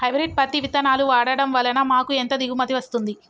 Hybrid పత్తి విత్తనాలు వాడడం వలన మాకు ఎంత దిగుమతి వస్తుంది?